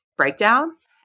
Breakdowns